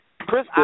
Chris